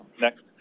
Next